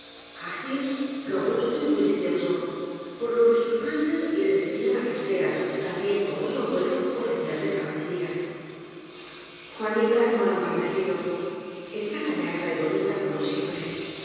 ágil robusto y bullicioso por lo que sus padres le des tinan á que sea también como su abuelo oficial de caballería juanita no ha embarnecido está gallarda y bo nita como siempre